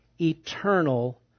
eternal